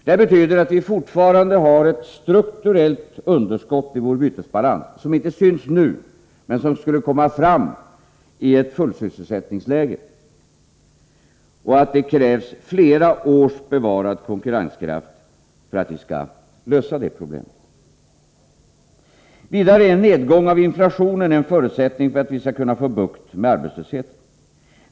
Det betyder att vi fortfarande har ett strukturellt underskott i vår bytesbalans, som inte syns nu men som skulle komma fram i ett fullsysselsättningsläge, och att det krävs flera års bevarad konkurrenskraft för att vi skall lösa det problemet. Vidare är en nedgång av inflationen en förutsättning för att vi skall kunna få bukt med arbetslösheten.